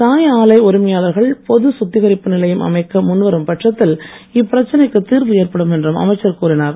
சாயஆலை உரிமையாளர்கள் பொது சுத்திரிகரிப்பு நிலையம் அமைக்க முன்வரும் பட்சத்தில் இப்பிரச்னைக்கு தீர்வு ஏற்படும் என்றும் அமைச்சர் கூறினார்